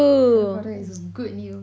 harry potter is good you know